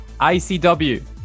icw